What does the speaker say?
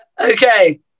Okay